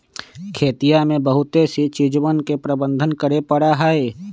खेतिया में बहुत सी चीजवन के प्रबंधन करे पड़ा हई